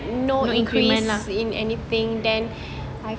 no increment lah